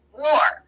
war